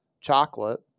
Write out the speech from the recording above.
chocolate